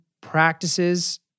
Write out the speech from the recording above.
practices